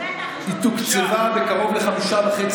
חקירה למירון, בושה.